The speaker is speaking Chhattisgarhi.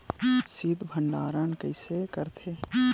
शीत भंडारण कइसे करथे?